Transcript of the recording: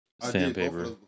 Sandpaper